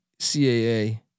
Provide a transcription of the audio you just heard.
CAA